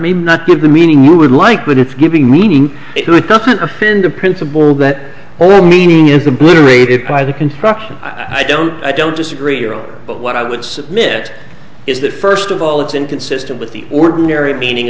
me not good the meaning you would like but it's giving meaning it doesn't offend a principle that well meaning is obliterated by the construction i don't i don't disagree but what i would submit is that first of all it's inconsistent with the ordinary meaning